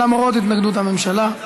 למרות התנגדות הממשלה.